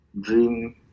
Dream